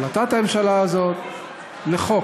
את החלטת הממשלה הזאת לחוק?